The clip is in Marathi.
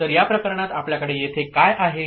तर या प्रकरणात आपल्याकडे येथे काय आहे